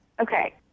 Okay